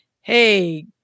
Hey